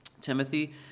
Timothy